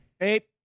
Eight